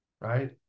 right